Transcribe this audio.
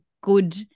good